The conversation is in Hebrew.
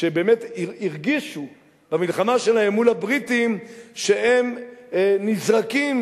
שבאמת הרגישו במלחמה שלהם מול הבריטים שהם נזרקים